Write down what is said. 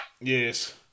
Yes